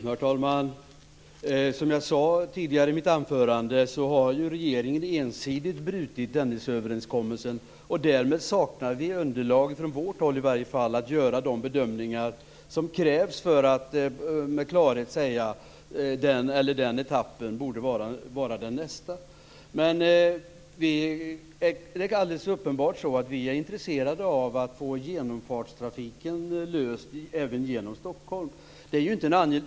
Herr talman! Som jag sade tidigare i mitt anförande har regeringen ensidigt brutit Dennisöverenskommelsen, och därmed saknar i varje fall vi underlag för att göra de bedömningar som krävs för att med klarhet säga att den eller den etappen borde vara nästa. Men det är alldeles självklart att vi är intresserade av att få en lösning för genomfartstrafiken även genom Stockholm.